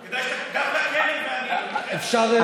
אפשר,